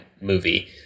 movie